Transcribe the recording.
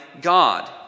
God